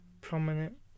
prominent